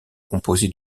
composé